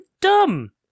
dumb